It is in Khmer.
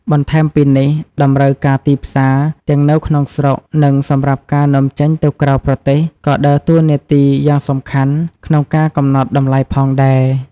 បន្ថែមពីនេះ តម្រូវការទីផ្សារ ទាំងនៅក្នុងស្រុក និងសម្រាប់ការនាំចេញទៅក្រៅប្រទេស ក៏ដើរតួនាទីយ៉ាងសំខាន់ក្នុងការកំណត់តម្លៃផងដែរ។